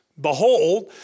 Behold